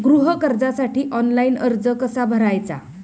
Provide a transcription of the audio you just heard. गृह कर्जासाठी ऑनलाइन अर्ज कसा भरायचा?